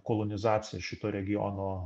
kolonizacija šito regiono